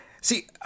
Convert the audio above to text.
See